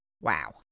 Wow